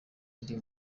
andi